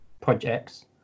projects